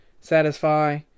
Satisfy